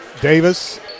Davis